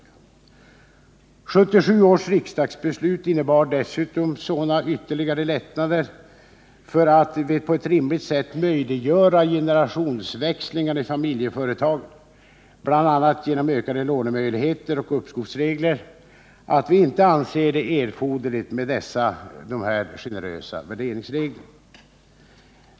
1977 års riksdagsbeslut innebar dessutom sådana ytterligare lättnader för att på ett rimligt sätt möjliggöra generationsväxlingarna i familjeföretagen, bl.a. genom ökade lånemöjligheter och uppskovsregler, att vi inte anser det erforderligt med dessa generösa värderingsregler.